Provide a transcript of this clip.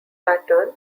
pattern